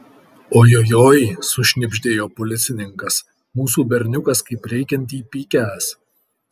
ojojoi sušnibždėjo policininkas mūsų berniukas kaip reikiant įpykęs